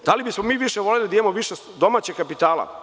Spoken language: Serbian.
Da li bismo voleli da imamo više domaćeg kapitala?